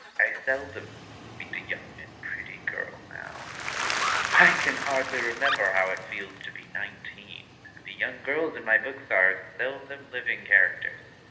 i seldom meet a young and pretty girl now i can hardly remember how it feels to be nineteen, and the young girls in my books are seldom living characters.